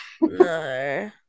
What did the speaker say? No